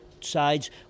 sides